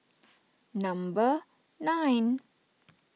number nine